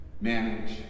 manage